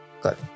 Good